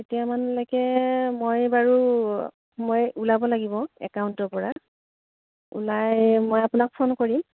মই বাৰু মই ওলাব লাগিব একাউণ্টৰ পৰা ওলাই মই আপোনাক ফোন কৰিম